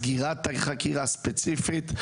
סגירת חקירה ספציפית,